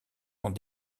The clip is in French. sont